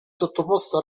sottoposto